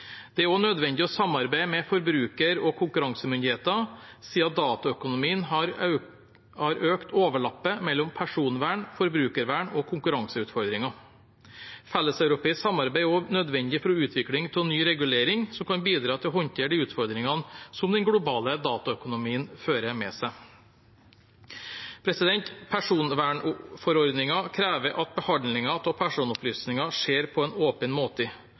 Det er også nødvendig å samarbeide med forbruker- og konkurransemyndigheter, siden dataøkonomien har økt overlappet mellom personvern-, forbrukervern- og konkurranseutfordringer. Felleseuropeisk samarbeid er også nødvendig for utvikling av ny regulering, som kan bidra til å håndtere de utfordringene som den globale dataøkonomien fører med seg. Personvernforordningen krever at behandling av personopplysninger skjer på en åpen måte. Åpenhet er en forutsetning for at den enkelte i